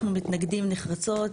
אנחנו מתנגדים נחרצות.